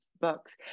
books